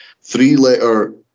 three-letter